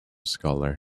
scholar